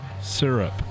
syrup